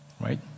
right